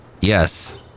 Yes